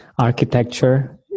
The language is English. architecture